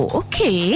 okay